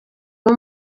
abo